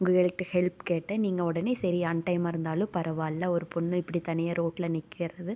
உங்கள்கிட்ட ஹெல்ப் கேட்டேன் நீங்கள் உடனே சரி அன் டைம்மாக இருந்தாலும் பரவாயில்ல ஒரு பொண்ணு இப்படி தனியாக ரோட்டுல நிற்கறது